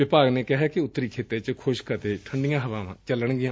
ਵਿਭਾਗ ਨੇ ਕਿਹੈ ਕਿ ਉੱਤਰੀ ਖਿੱਤੇ ਚ ਖੁਸ਼ਕ ਅਤੇ ਠੰਢੀਆਂ ਹਵਾਵਾਂ ਚੱਲਣਗੀਆਂ